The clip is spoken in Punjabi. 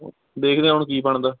ਦੇਖਦੇ ਹੁਣ ਕੀ ਬਣਦਾ